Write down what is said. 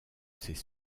ses